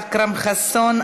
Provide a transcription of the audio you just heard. אכרם חסון,